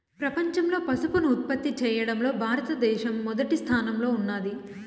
ప్రపంచంలో పసుపును ఉత్పత్తి చేయడంలో భారత దేశం మొదటి స్థానంలో ఉన్నాది